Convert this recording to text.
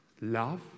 love